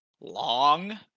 long